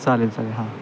चालेल चालेल हां